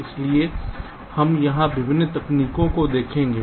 इसलिए हम यहां विभिन्न तकनीकों को देखेंगे